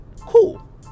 cool